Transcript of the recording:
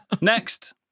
Next